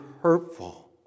hurtful